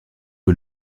eux